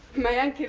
my aunt?